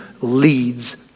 leads